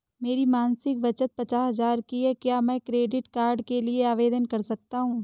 मेरी मासिक बचत पचास हजार की है क्या मैं क्रेडिट कार्ड के लिए आवेदन कर सकता हूँ?